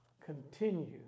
continue